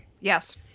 Yes